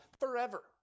forever